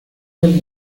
del